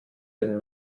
den